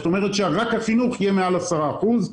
זאת אומרת, רק החינוך יהיה מעל 10 אחוזים.